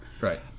Right